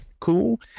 Cool